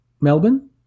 melbourne